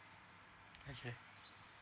okay